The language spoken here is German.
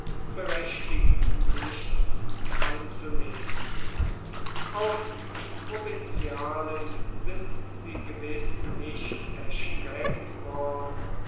berechtigt nichts anzunehmen auf die provinzialen sind sie gewiß nicht erstreckt worden